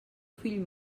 fill